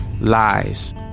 lies